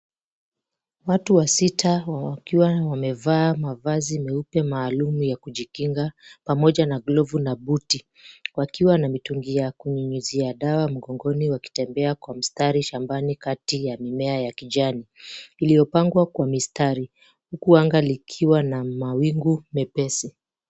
Watu wasita wakiwa wamevaa mavazi meupe maalum ya kujikinga pamoja na glovu na buti, wakiwa na mitungi ya kunyunyizia dawa mgongoni wakitembea kwa mstari shambani kati ya mimea ya kijani iliyopangwa kwa mistari, huku anga likiwa na mawingu mepesi.